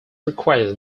request